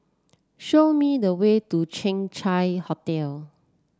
show me the way to Chang Chai Hotel